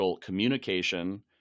communication